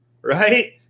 right